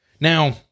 now